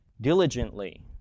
diligently